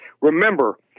Remember